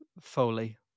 Foley